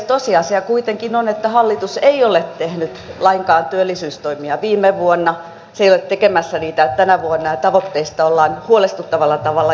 tosiasia kuitenkin on että hallitus ei ole tehnyt lainkaan työllisyystoimia viime vuonna se ei ole tekemässä niitä tänä vuonna ja tavoitteista ollaan huolestuttavalla tavalla jäljessä